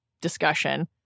discussion